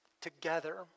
together